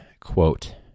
quote